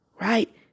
right